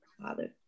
Father